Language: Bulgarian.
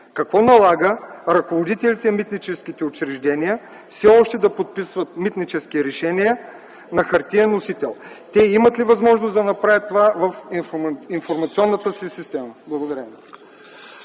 Какво налага ръководителите на митническите учреждения все още да подписват митнически решения на хартиен носител? Те имат ли възможност да направят това в информационната си система? Благодаря